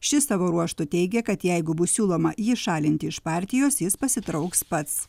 ši savo ruožtu teigia kad jeigu bus siūloma jį šalinti iš partijos jis pasitrauks pats